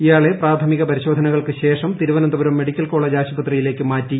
ഇയാളെ പ്രാഥമിക പരിശോധനകൾക്ക് ശേഷം തിരുവനന്തപുരം മെഡിക്കൽ കോളജ് ആശുപത്രിയിലേക്ക് മാറ്റി